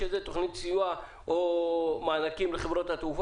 אני מתכבד לפתוח את ישיבת ועדת הכלכלה של הכנסת.